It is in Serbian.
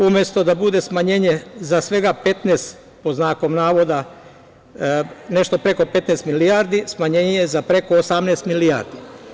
Umesto da bude smanjenje za svega 15, pod znakom navoda, nešto preko 15 milijardi, smanjenje je za preko 18 milijardi.